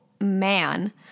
man